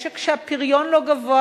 משק שהפריון בו לא גבוה,